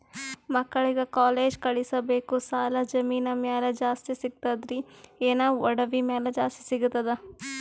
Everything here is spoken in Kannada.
ಮಕ್ಕಳಿಗ ಕಾಲೇಜ್ ಕಳಸಬೇಕು, ಸಾಲ ಜಮೀನ ಮ್ಯಾಲ ಜಾಸ್ತಿ ಸಿಗ್ತದ್ರಿ, ಏನ ಒಡವಿ ಮ್ಯಾಲ ಜಾಸ್ತಿ ಸಿಗತದ?